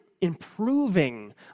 improving